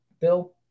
bill